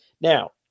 now